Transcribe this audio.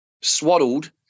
swaddled